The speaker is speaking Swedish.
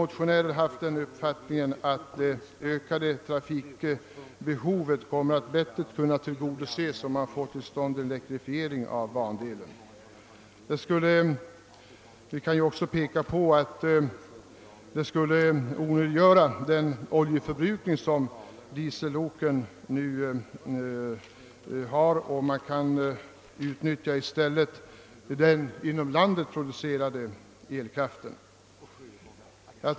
Motionärerna har den uppfattningen att det ökade transportbehovet bättre kan tillgodoses om man genomför en elektrifiering av bandelen. En elektrifiering skulle också onödiggöra den oljeförbrukning som dieselloken nu medför; man skulle i stället kunna utnyttja den inom landet producerade elkraften.